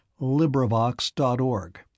LibriVox.org